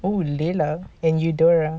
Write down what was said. oh layla and eudora